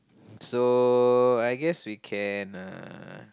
so I guess we can uh